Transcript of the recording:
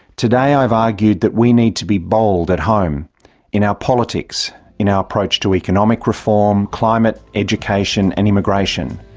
today i have argued that we need to be bold at home in our politics, in our approach to economic reform, climate, education and immigration,